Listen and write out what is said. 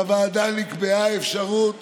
בוועדה נקבעה אפשרות